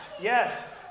Yes